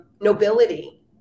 Nobility